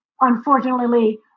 unfortunately